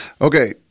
Okay